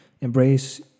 embrace